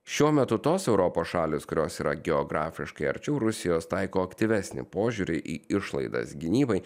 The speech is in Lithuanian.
šiuo metu tos europos šalys kurios yra geografiškai arčiau rusijos taiko aktyvesnį požiūrį į išlaidas gynybai